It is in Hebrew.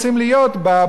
יש להם ערוץ משלהם.